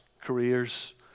careers